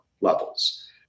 levels